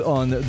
on